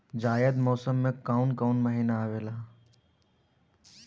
जायद मौसम में काउन काउन महीना आवेला?